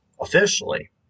officially